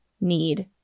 need